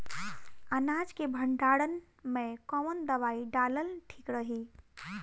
अनाज के भंडारन मैं कवन दवाई डालल ठीक रही?